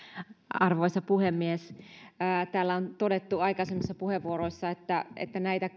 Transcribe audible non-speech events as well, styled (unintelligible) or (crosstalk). arvoisa puhemies täällä on todettu aikaisemmissa puheenvuoroissa että että näitä (unintelligible)